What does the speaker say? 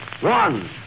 One